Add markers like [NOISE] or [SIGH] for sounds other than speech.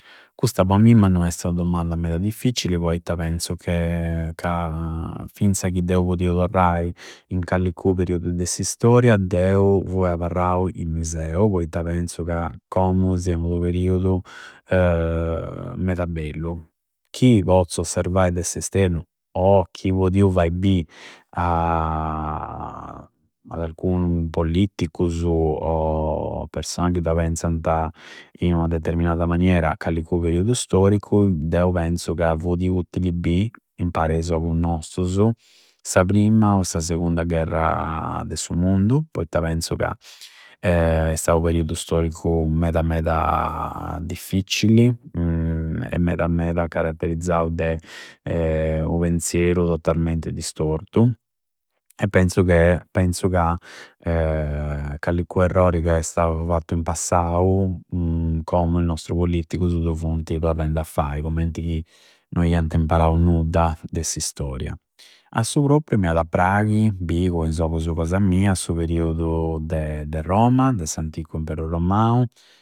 Custa po ammimma no esti ua domanda meda difficilli poitta penzu che, ca finza chi deu podiu torrai in callincu periudu de s'istoria fui aparrau innui seu poitta penzu ca commu sia unu periudu [LAUGHS] meda bellu. Chi pozzu osservai de s'esternu, o chi podiu fai bi a [HESITATION] ad alcunu pollittuccusu o persona chi da penzanta in ua determinada maniera a callicu periudu storicu deu penzu ca fudi utili bi impari a is ogu nostusu sa prima, o sa segonnda gherra de su mundu poitta penzu ca [HESITATION] è stau uperiudu storicu meda meda difficcili [HESITATION] e meda meda caratterizzau de u penzieru totalmente distortu e penzu che, penzu ca [HESITATION] callicu errori ca è stau fattu in passau commu i nostru pollittuccusu du funti provendi a fai commenti chi no ianta imparau nudda de s'istoria. A su propriu m'iada prghi bi cu is ogusu cosa mia su periudu de Roma, de s'anticu imperu romau.